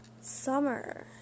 Summer